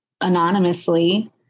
anonymously